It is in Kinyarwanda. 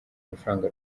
amafaranga